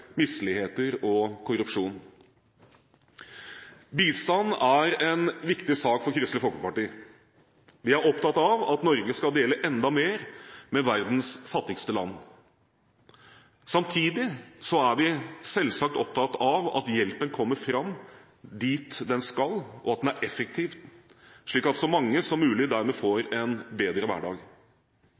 misligheter og korrupsjon. Bistand er en viktig sak for Kristelig Folkeparti. Vi er opptatt av at Norge skal dele enda mer med verdens fattigste land. Samtidig er vi selvsagt opptatt av at hjelpen kommer fram dit den skal, og at den er effektiv, slik at så mange som mulig dermed får en bedre hverdag.